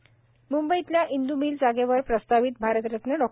Indu mill म्ंबईतल्या Indu mill जागेवर प्रस्तावित भारतरत्न डॉ